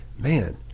Man